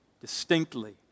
distinctly